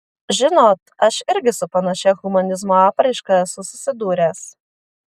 žinot aš irgi su panašia humanizmo apraiška esu susidūręs